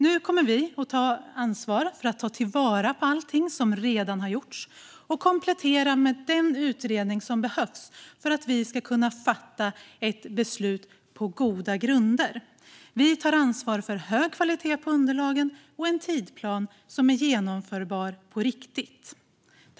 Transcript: Nu kommer vi att ta ansvar för att ta vara på allt som redan har gjorts och komplettera med den utredning som behövs för att vi ska kunna fatta ett beslut på goda grunder. Vi tar ansvar för en hög kvalitet på underlagen och en tidsplan som är genomförbar på riktigt.